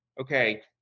okay